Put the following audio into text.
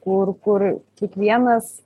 kur kur kiekvienas